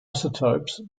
isotopes